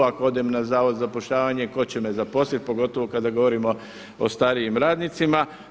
Ako odem na Zavod za zapošljavanje tko će me zaposliti pogotovo kada govorimo o starijim radnicima.